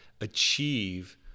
achieve